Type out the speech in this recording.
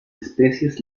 especies